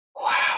Wow